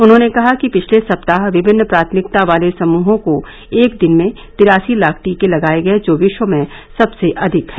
उन्होंने कहा कि पिछले सप्ताह विभिन्न प्राथमिकता वाले समूहों को एक दिन में तिरासी लाख टीके लगाये गये जो विश्व में सबसे अधिक है